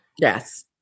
Yes